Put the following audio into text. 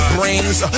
Brains